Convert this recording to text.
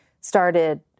started